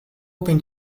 open